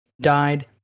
died